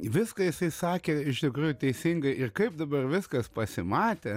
viską jisai sakė iš tikrųjų teisingai ir kaip dabar viskas pasimatė